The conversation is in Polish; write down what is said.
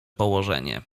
położenie